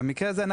במקרה הזה,